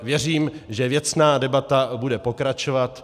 Věřím, že věcná debata bude pokračovat.